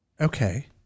Okay